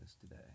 today